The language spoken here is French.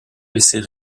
laisser